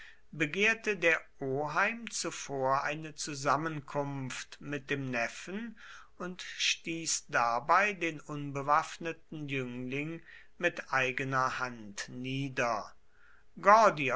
begehrte der oheim zuvor eine zusammenkunft mit dem neffen und stieß dabei den unbewaffneten jüngling mit eigener hand nieder